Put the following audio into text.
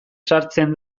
sartzen